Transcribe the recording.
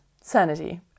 sanity